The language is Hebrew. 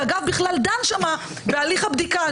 שאגב בכלל דן שם בהליך הבדיקה,